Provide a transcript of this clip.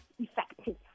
effective